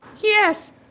Yes